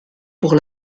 pour